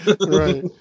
Right